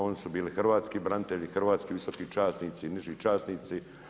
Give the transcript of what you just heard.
Oni su bili hrvatski branitelji, hrvatski visoki časnici, niži časnici.